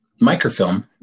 microfilm